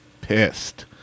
pissed